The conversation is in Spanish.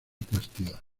castidad